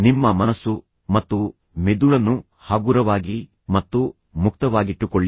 ನಿಮ್ಮ ಮನಸ್ಸು ಮತ್ತು ಮೆದುಳನ್ನು ಹಗುರವಾಗಿ ಮತ್ತು ಮುಕ್ತವಾಗಿಟ್ಟುಕೊಳ್ಳಿ